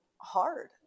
hard